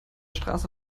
straße